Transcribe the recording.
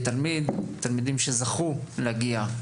כאשר יש תלמידים שזכו להגיע,